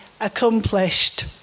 accomplished